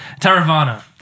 Taravana